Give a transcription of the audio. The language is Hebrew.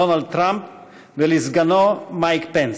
ברכות לנשיא הנבחר של ארצות-הברית דונלד טראמפ ולסגנו מייק פנס.